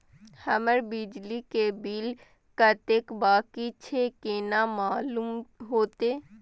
हमर बिजली के बिल कतेक बाकी छे केना मालूम होते?